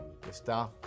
Está